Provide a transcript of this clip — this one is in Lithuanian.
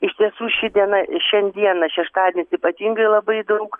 iš tiesų ši diena šiandieną šeštadienis ypatingai labai daug